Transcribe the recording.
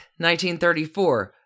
1934